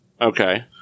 okay